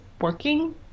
working